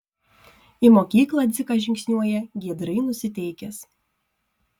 į mokyklą dzikas žingsniuoja giedrai nusiteikęs